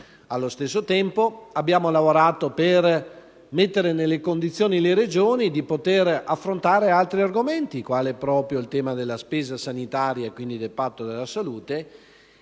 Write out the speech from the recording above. Allo stesso tempo, abbiamo lavorato per mettere le Regioni nelle condizioni di affrontare altri argomenti, quali il tema della spesa sanitaria e quindi del Patto della salute.